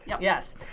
yes